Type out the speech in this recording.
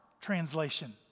translation